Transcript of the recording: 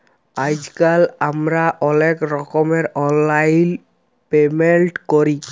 আইজকাল আমরা অলেক রকমের অললাইল পেমেল্ট ক্যরি